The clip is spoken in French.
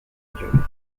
gueule